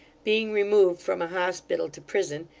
being removed from a hospital to prison,